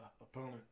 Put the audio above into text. opponent